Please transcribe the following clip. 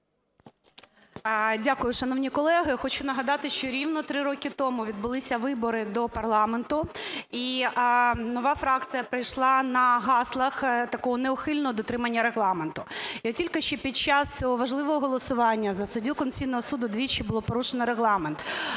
Дякую, шановні колеги. Хочу нагадати, що рівно три роки тому відбулися вибори до парламенту і нова фракція прийшла на гаслах такого неухильного дотримання регламенту. І тільки що, під час цього важливого голосування за суддю Конституційного Суду, двічі було порушено регламент.